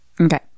okay